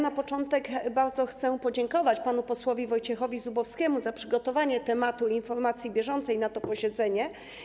Na początek bardzo chcę podziękować panu posłowi Wojciechowi Zubowskiemu za przygotowanie tematu informacji bieżącej na to posiedzenie.